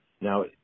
Now